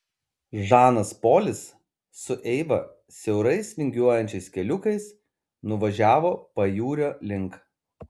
žanas polis su eiva siaurais vingiuojančiais keliukais nuvažiavo pajūrio link